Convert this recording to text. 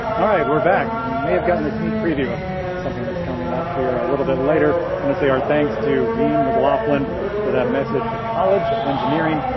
alright, we're back, you may have gotten a sneak preview of something that's coming up here a little bit later on to say our thanks to dean mclaughlin for that message, the college of engineering,